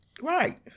Right